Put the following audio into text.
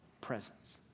presence